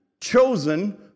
chosen